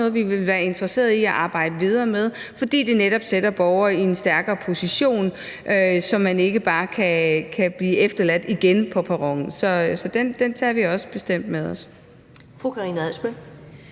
også noget, vi vil være interesseret i at arbejde videre med, fordi det netop sætter borgere i en stærkere position, så man ikke bare kan blive efterladt på perronen. Så den tager vi bestemt også med os.